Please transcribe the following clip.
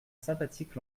sympathique